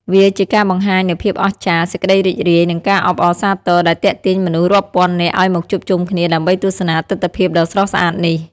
វាជាការបង្ហាញនូវភាពអស្ចារ្យ សេចក្តីរីករាយ និងការអបអរសាទរ ដែលទាក់ទាញមនុស្សរាប់ពាន់នាក់ឲ្យមកជួបជុំគ្នាដើម្បីទស្សនាទិដ្ឋភាពដ៏ស្រស់ស្អាតនេះ។